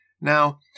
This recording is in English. Now